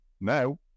now